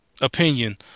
opinion